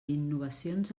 innovacions